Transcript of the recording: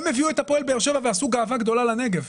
הם הביאו את הפועל באר שבע ועשו גאווה גדולה לנגב.